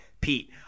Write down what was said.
Pete